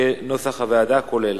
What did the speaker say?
כנוסח הוועדה, כולל.